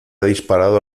disparado